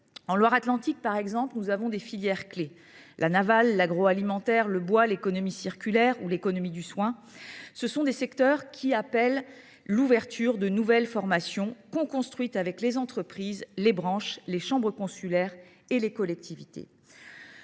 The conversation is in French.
la Loire Atlantique compte des filières clés : l’industrie navale, l’agroalimentaire, le bois, l’économie circulaire ou l’économie du soin. Ces secteurs appellent à l’ouverture de nouvelles formations, construites avec les entreprises, les branches, les chambres consulaires et les collectivités.